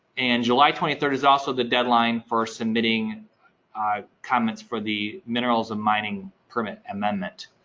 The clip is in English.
and july twenty third is also the deadline for submitting comments for the minerals and mining permit amendment,